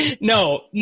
No